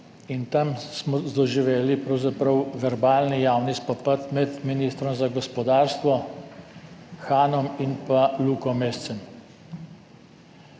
in tam smo doživeli pravzaprav verbalni javni spopad med ministrom za gospodarstvo Hanom in pa Luko Mescem.